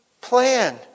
plan